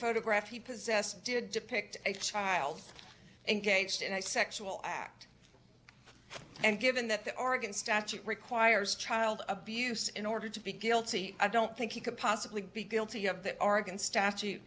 photographs he possessed did depict a child and gates and sexual act and given that the oregon statute requires child abuse in order to be guilty i don't think he could possibly be guilty of the oregon statu